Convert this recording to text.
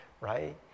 right